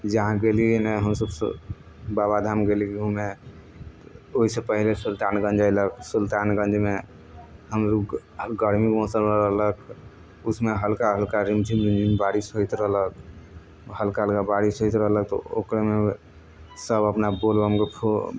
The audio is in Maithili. जहाँ गेलियै ने हमसभ बाबाधाम गेलियै घूमय ओहिसँ पहिने सुल्तानगञ्ज अयलक सुलतानगञ्जमे हमलोग गर्मी मौसम रहलक ऑ समय हल्का हल्का रिमझिम रिमझिम बारिश होइत रहलक हल्का हल्का बारिश होइत रहलक तऽ ओकरमे सभ सभ अपना बोलबमके खूब